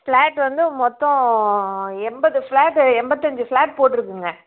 flat வந்து மொத்தம் எண்பது ஃபிளாட் எண்பத்தஞ்சு ஃபிளாட் போட்டிருக்குங்க